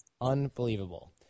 Unbelievable